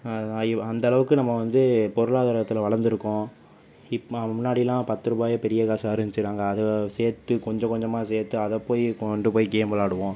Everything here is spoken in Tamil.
அந்த அளவுக்கு நம்ப வந்து பொருளாதாரத்தில் வளர்ந்துருக்கோம் இப்போ முன்னாடில்லாம் பத்து ரூபாயே பெரிய காசாக இருந்திச்சு நாங்கள் அதை சேர்த்து கொஞ்சம் கொஞ்சமாக சேர்த்து அதை போய் கொண்டு போய் கேம் வெளாடுவோம்